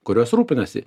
kurios rūpinasi